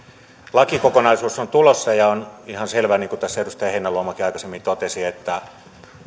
lakikokonaisuus on tulossa ja on ihan selvä niin kuin tässä edustaja heinäluomakin aikaisemmin totesi että